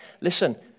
listen